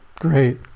Great